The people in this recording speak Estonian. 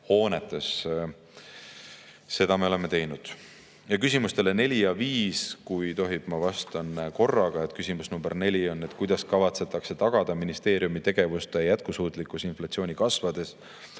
hoonetes. Seda me oleme teinud. Küsimustele neli ja viis, kui tohib, ma vastan korraga. Küsimused number neli [ja viis] on "Kuidas kavatsetakse tagada ministeeriumi tegevuste jätkusuutlikkuse inflatsiooni kasvades?"